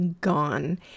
gone